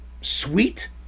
sweet